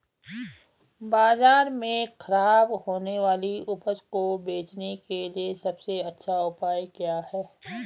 बाजार में खराब होने वाली उपज को बेचने के लिए सबसे अच्छा उपाय क्या हैं?